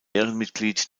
ehrenmitglied